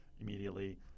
immediately